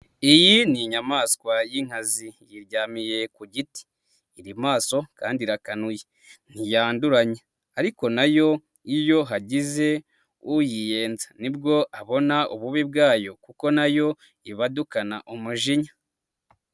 Iyi ni inyamaswa y'inkazi yiryamiye ku giti, iri maso kandi irakanuye ntiyanduranya, ariko nayo iyo hagize uyiyenza, nibwo abona ububi bwayo, kuko nayo ibadukana umujinya.